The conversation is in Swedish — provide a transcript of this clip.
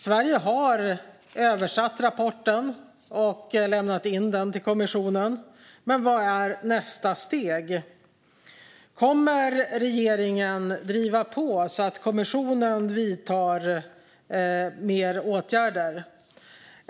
Sverige har översatt rapporten och lämnat in den till kommissionen, men vad är nästa steg? Kommer regeringen att driva på så att kommissionen vidtar mer åtgärder?